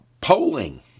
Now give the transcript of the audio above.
polling